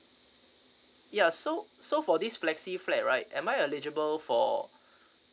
ya so so for this flexi flat right am I eligible for